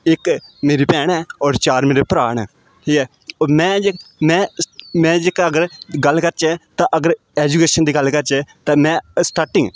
इक मेरी भैन ऐ होर चार मेरे भ्राऽ न ठीक ऐ में जे में जेह्का अगर गल्ल करचै तां अगर एजुकेशन दी गल्ल करचै तां में स्टार्टिंग च